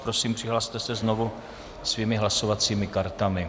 Prosím, přihlaste se znovu svými hlasovacími kartami.